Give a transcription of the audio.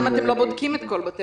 אם אתם לא בודקים את כל בתי-האבות?